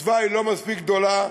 הקצבה לא מספיק גדולה,